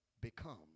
become